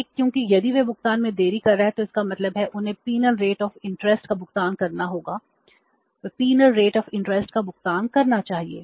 1 क्योंकि यदि वे भुगतान में देरी कर रहे हैं तो इसका मतलब है उन्हें पीनल रेट ऑफ इंटरेस्ट का भुगतान करना चाहिए